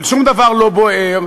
שום דבר לא בוער.